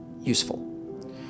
useful